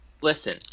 Listen